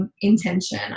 intention